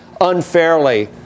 unfairly